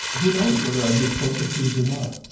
who knows whether i just spoke the truth or not?